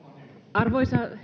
arvoisa